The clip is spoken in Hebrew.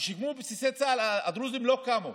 כשהוקמו בסיסי צה"ל, הדרוזים לא קמו,